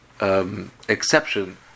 Exception